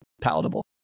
palatable